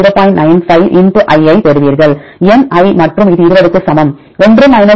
95 i ஐப் பெறுவீர்கள் n i மற்றும் இது 20 க்கு சமம் 1 0